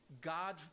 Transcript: God